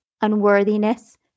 unworthiness